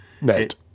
Net